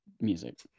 music